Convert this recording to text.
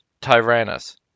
Tyrannus